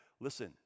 Listen